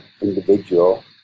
individual